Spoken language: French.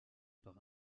par